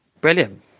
Brilliant